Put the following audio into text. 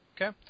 Okay